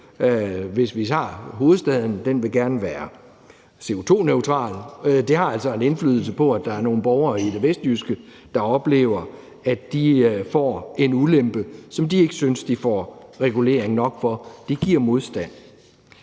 Hvis vi ser på hovedstaden, vil den gerne være CO2-neutral. Det har altså en indflydelse, i forhold til at der er nogle borgere i det vestjyske, der oplever, at de får en ulempe, som de ikke synes de får regulering nok for. Det giver modstand.